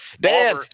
Dan